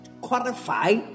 qualify